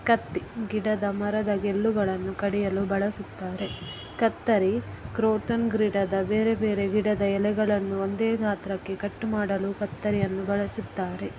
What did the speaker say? ಕತ್ತಿ ಗಿಡದ ಮರದ ಗೆಲ್ಲುಗಳನ್ನು ಕಡಿಯಲು ಬಳಸುತ್ತಾರೆ ಕತ್ತರಿ ಕ್ರೊತನ್ ಗಿಡದ ಬೇರೆ ಬೇರೆ ಗಿಡದ ಎಲೆಗಳನ್ನು ಒಂದೇ ಗಾತ್ರಕ್ಕೆ ಕಟ್ಟು ಮಾಡಲು ಕತ್ತರಿಯನ್ನು ಬಳಸುತ್ತಾರೆ